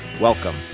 Welcome